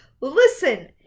Listen